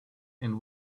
and